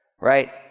Right